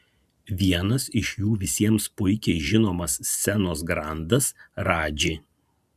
vienas iš jų visiems puikiai žinomas scenos grandas radži